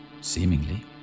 Seemingly